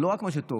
ולא רק מה שטוב,